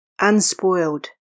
unspoiled